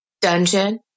dungeon